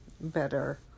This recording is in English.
better